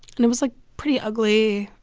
and it was, like, pretty ugly,